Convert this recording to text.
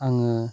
आङो